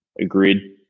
Agreed